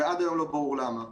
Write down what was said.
ועד היום לא ברור למה.